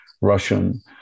Russian